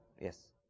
yes